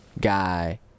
guy